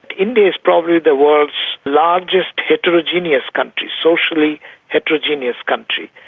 india's probably the world's largest heterogeneous country, socially heterogeneous country.